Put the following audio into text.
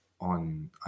on